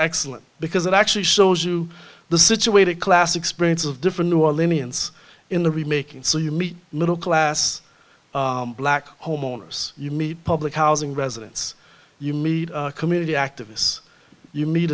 excellent because it actually shows you the situated class experience of different new orleans in the remaking so you meet middle class black homeowners you meet public housing residents you meet community activists you meet